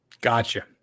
Gotcha